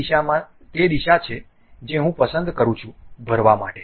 તે દિશા છે જે હું પસંદ કરું છું ભરવા માટે